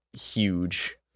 huge